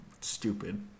stupid